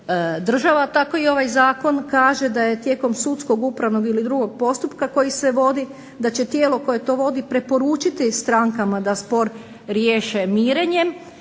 država. Tako i ovaj zakon kaže da je tijekom sudskog, upravnog ili drugog postupka koji se vodi da će tijelo koje to vodi preporučiti strankama da riješe mirenjem